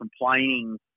complaining